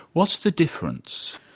what's the difference?